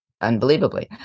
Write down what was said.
unbelievably